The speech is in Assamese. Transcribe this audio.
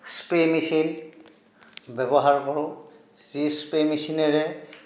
স্প্ৰে' মেচিন ব্যৱহাৰ কৰোঁ যি স্প্ৰে' মেচিনেৰে